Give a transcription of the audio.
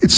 it's